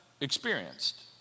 experienced